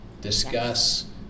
discuss